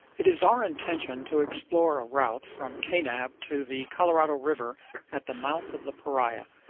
it is our intention to explore a route from kanab to the colorado river at the mouth of the paria,